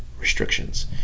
restrictions